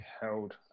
held